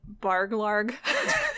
Barglarg